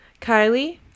Kylie